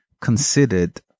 considered